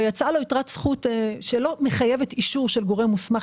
ויצאה לו יתרת זכות שלא מחייבת אישור של גורם מוסמך,